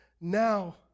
now